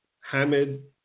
Hamid